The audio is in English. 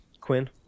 Quinn